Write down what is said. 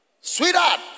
Sweetheart